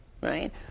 right